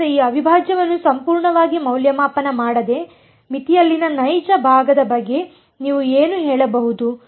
ಆದ್ದರಿಂದ ಈ ಅವಿಭಾಜ್ಯವನ್ನು ಸಂಪೂರ್ಣವಾಗಿ ಮೌಲ್ಯಮಾಪನ ಮಾಡದೆ ಮಿತಿಯಲ್ಲಿನ ನೈಜ ಭಾಗದ ಬಗ್ಗೆ ನೀವು ಏನು ಹೇಳಬಹುದು